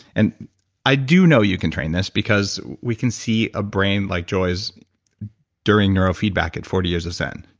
and i do know you can train this because we can see a brain like joy's during neurofeedback at forty years of zen.